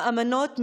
האמנות,